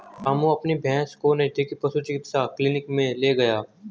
रामू अपनी भैंस को नजदीकी पशु चिकित्सा क्लिनिक मे ले गया